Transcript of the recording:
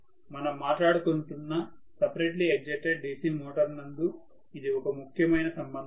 మనం మాట్లాడుకుంటున్నసపరేట్లీ excited DC motor నందు ఇది ఒక ముఖ్యమైన సంబంధము